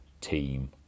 team